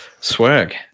Swag